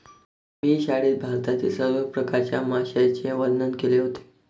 मी शाळेत भारतातील सर्व प्रकारच्या माशांचे वर्णन केले होते